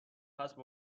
کسب